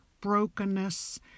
brokenness